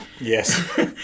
Yes